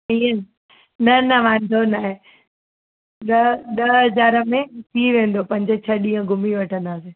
थी अन न न वांदो न आहे ॾह ॾह हज़ार में थी वेंदो पंज छह ॾींहं घुमी वठंदासीं